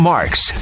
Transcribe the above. Marks